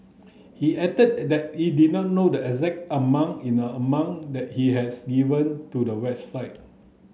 he added that he did not know the exact amount in the amount that he has given to the website